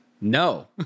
No